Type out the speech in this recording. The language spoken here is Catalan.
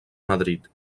madrid